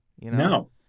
No